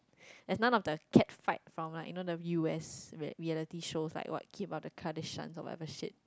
there's none of the cat fight from like you know the U_S reali~ reality shows like what Keep-Up-With-The-Kardashians or whatever shit